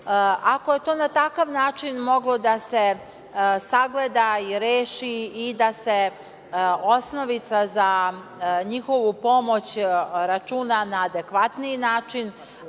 je to na takav način moglo da se sagleda i reši i da se osnovica za njihovu pomoć računa na adekvatniji način,